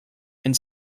and